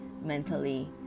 mentally